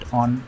on